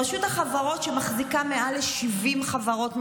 רשות החברות שמחזיקה יותר מ-70 חברות ממשלתיות,